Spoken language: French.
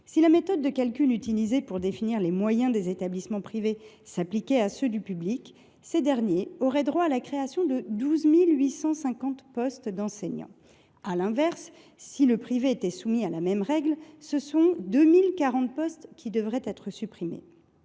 Si la méthode de calcul utilisée pour définir les moyens des établissements privés s’appliquait aux établissements publics, ces derniers auraient droit à la création de 12 850 postes d’enseignants. À l’inverse, si le privé était soumis à la même règle, ce sont 2 040 de ses postes qui devraient être supprimés.